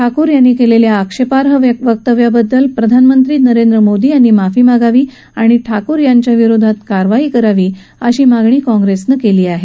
ठाकूर यांनी केलेल्या आक्षेपार्ह वक्तव्याबद्दल प्रधानमंत्री नरेंद्र मोदी यांनी माफी मागावी आणि ठाकूर यांच्याविरोधात कारवाई करावी अशी मागणी काँग्रेस पक्षानं केली आहे